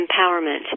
empowerment